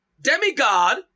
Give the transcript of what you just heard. demigod